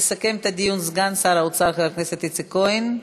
יסכם את הדיון סגן שר האוצר חבר הכנסת איציק כהן.